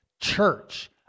church